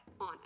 on